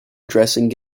dressing